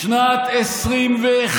בשנת 2021,